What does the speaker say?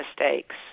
mistakes